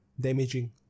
damaging